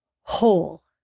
whole